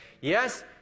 Yes